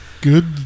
good